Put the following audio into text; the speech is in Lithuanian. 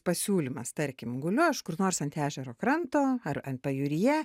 pasiūlymas tarkim guliu aš kur nors ant ežero kranto ar ant pajūryje